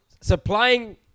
supplying